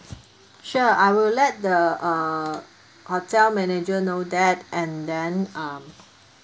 sure I will let the uh hotel manager know that and then um